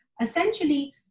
essentially